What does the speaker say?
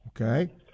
Okay